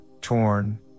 torn